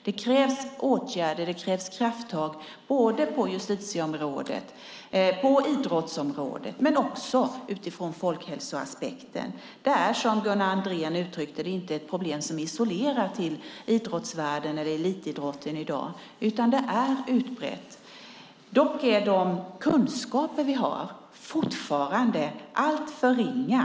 Det krävs åtgärder och krafttag på justitieområdet, på idrottsområdet och utifrån folkhälsoaspekten. Det är som Gunnar Andrén uttryckte det inte ett problem som är isolerat till idrottsvärlden eller elitidrotten i dag, utan det är utbrett. Dock är de kunskaper vi har fortfarande alltför ringa.